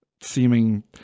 seeming